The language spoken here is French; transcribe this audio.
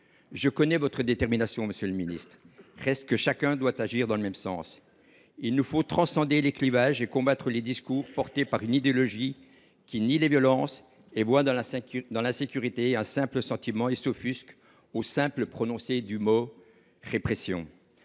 je connais votre détermination, monsieur le ministre, il reste que chacun doit agir dans le même sens. Il nous faut transcender les clivages et combattre les discours portés par une idéologie qui nie les violences, voit dans l’insécurité un simple sentiment et s’offusque dès que le mot « répression »